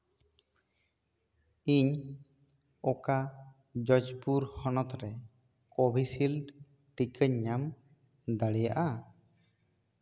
ᱤᱧ ᱚᱠᱟ ᱡᱚᱡᱽᱯᱩᱨ ᱦᱚᱱᱚᱛᱨᱮ ᱠᱳᱵᱷᱤᱥᱤᱞᱰ ᱴᱤᱠᱟᱹᱧ ᱧᱟᱢ ᱫᱟᱲᱮᱭᱟᱜᱼᱟ